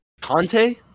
Conte